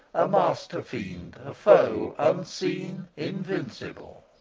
a master-fiend, a foe, unseen, invincible